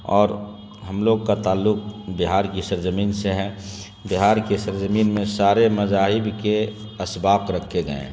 اور ہم لوگ کا تعلق بہار کی سر زمین سے ہے بہار کی سر زمین میں شارے مذاہب کے اسباق رکھے گئے ہیں